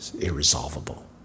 Irresolvable